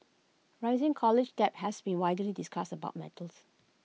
rising college debt has been widely discussed about matters